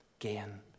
Again